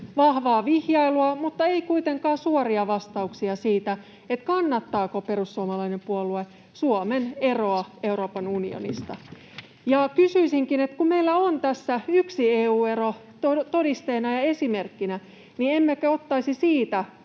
vahvaa vihjailua mutta emme kuitenkaan suoria vastauksia siihen, kannattaako perussuomalainen puolue Suomen eroa Euroopan unionista. Kysyisinkin, kun meillä on tässä yksi EU-ero todisteena ja esimerkkinä, emmekö ottaisi siitä